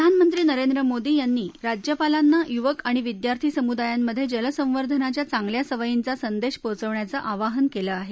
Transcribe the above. प्रधानमंत्री नरेंद्र मोदी यांनी राज्यपालांना युवक आणि विद्यार्थी समुदायांमधे जलसंवर्धनाच्या चांगल्या सवयींचा संदेश पोहचवण्याचं आवाहन केलं आहे